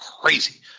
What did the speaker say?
crazy